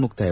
ಮುಕ್ತಾಯ